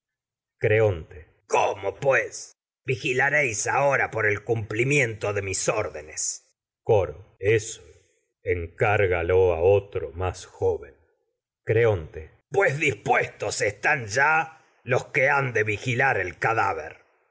vivimos creonte cómo pues vigilaréis ahora por el cum plimiento de mis coro eso creonte órdenes encárgalo a otro más joven pues dispuestos están ya los que han de vigilar el cadáver